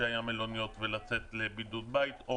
ולצאת לבידוד בית או